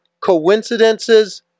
coincidences